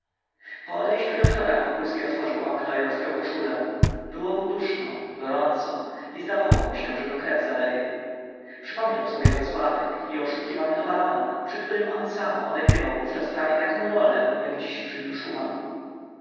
po odejściu doktora wokulski otworzył okno i rozpiął koszulę było mu duszno gorąco i zdawało mu się że go krew zaleje przypomniał sobie zasławek i oszukiwanego barona przy którym on sam odegrywał wówczas prawie taką rolę jak dzisiaj przy nim